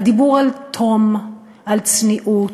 הדיבור על תום, על צניעות,